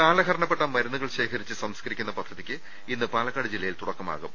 കാലഹരണപ്പെട്ട മരുന്നുകൾശേഖരിച്ച് സംസ്കരിക്കുന്ന പദ്ധ തിക്ക് ഇന്ന് പാലക്കാട് ജില്ലയിൽ തുടക്കമാകും